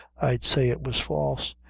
i'd say it was false.